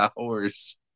hours